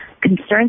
concerns